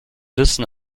wissen